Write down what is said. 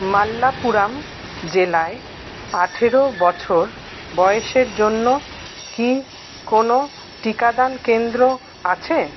মাল্লাপুরাম জেলায় আঠেরো বছর বয়সের জন্য কি কোনো টিকাদান কেন্দ্র আছে